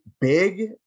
big